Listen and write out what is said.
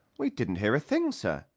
we didn't hear a thing, sir,